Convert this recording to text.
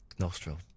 Nostril